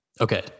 okay